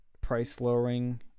price-lowering